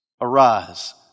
Arise